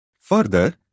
Further